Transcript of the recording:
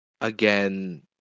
again